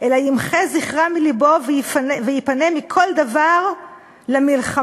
אלא ימחה זכרם מלבו וייפנה מכל דבר למלחמה.